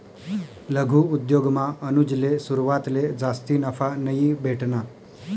लघु उद्योगमा अनुजले सुरवातले जास्ती नफा नयी भेटना